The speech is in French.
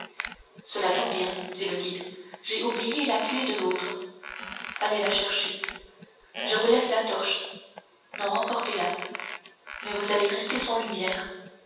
cela tombe bien dit le guide j'ai oublié la clef de l'autre allez la chercher je vous laisse la torche non emportez-la mais vous allez rester sans lumière